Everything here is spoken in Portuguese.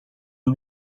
não